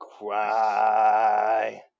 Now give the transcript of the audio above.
cry